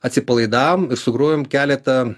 atsipalaidavom ir sugrojom keletą